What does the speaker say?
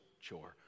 chore